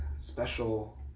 special